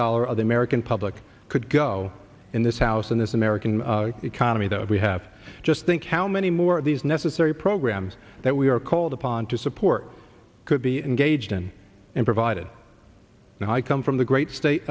dollars of the american public could go in this house in this american economy that we have just think how many more of these necessary programs that we are called upon to support could be engaged in and provided now i come from the great state